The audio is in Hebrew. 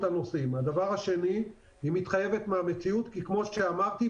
הנוסעים והיא מתחייבת כי כמו שאמרתי,